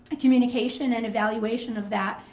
communication and evaluation of that.